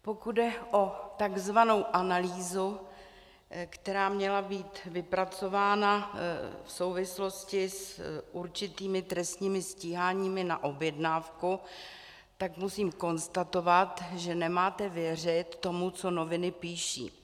Pokud jde o tzv. analýzu, která měla být vypracována v souvislosti s určitými trestními stíháními na objednávku, tak musím konstatovat, že nemáte věřit tomu, co noviny píší.